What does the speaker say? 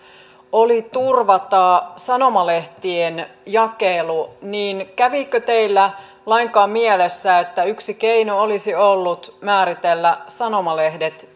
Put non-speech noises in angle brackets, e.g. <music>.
oli turvata sanomalehtien jakelu niin kävikö teillä lainkaan mielessä että yksi keino olisi ollut määritellä sanomalehdet <unintelligible>